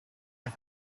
and